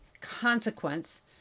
consequence